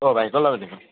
ओ भाइ कसलाई भनेको